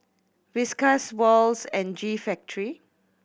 Whiskas Wall's and G Factory